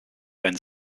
then